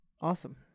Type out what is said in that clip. Awesome